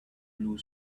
blue